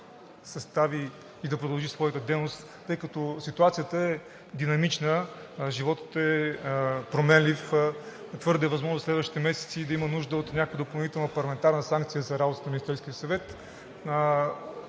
да успее да продължи своята дейност, тъй като ситуацията е динамична, животът е променлив, твърде възможно е следващите месеци да има нужда от някаква допълнителна парламентарна санкция за